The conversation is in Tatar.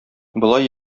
болай